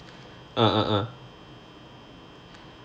ah ah ah